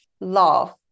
love